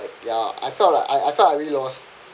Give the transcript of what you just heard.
ya I felt like I I thought I really lost